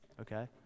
okay